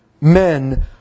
men